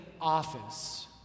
office